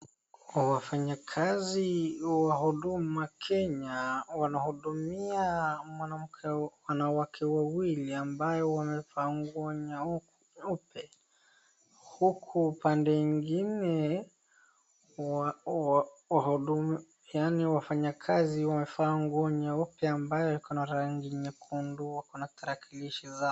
Wafanyikazi wa Huduma Kenya wanahudumia wanawake wawili ambao wamevaa nguo nyeupe huku pande nyingine wafanyikazi wamevaa nguo nyeupe ambayo iko na rangi nyekundu wako na tarakilishi zao.